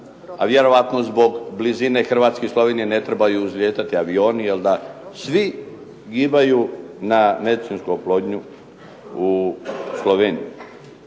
a vjerojatno zbog blizine Hrvatske i Slovenije ne trebaju uzlijetati avioni, jel' da, svi gibaju na medicinsku oplodnju u Sloveniju.